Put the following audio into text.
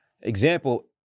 Example